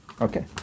Okay